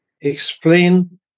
explain